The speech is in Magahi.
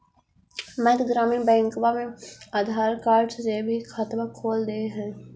मध्य ग्रामीण बैंकवा मे आधार कार्ड से भी खतवा खोल दे है?